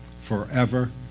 forever